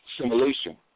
simulation